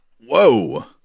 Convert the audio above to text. Whoa